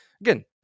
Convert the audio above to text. Again